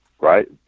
Right